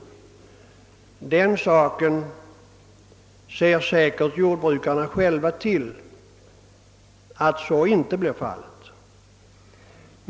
Jordbrukarna själva ser säkert till att så inte blir fallet.